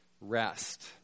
rest